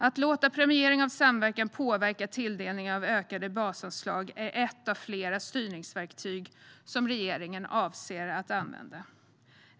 Att låta premiering av samverkan påverka tilldelningen av ökade basanslag är ett av flera styrningsverktyg som regeringen avser att använda.